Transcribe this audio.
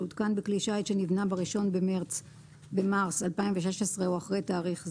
שהותקן בכלי שיט שנבנה ב-1 במרס 2016 או אחרי תאריך זה,